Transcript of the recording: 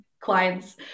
clients